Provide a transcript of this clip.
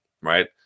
Right